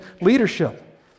leadership